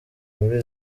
muri